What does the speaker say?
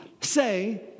say